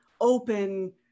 open